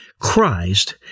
Christ